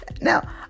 Now